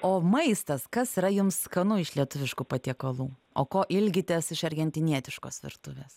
o maistas kas yra jums skanu iš lietuviškų patiekalų o ko ilgitės iš argentinietiškos virtuvės